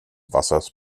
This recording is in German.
wassers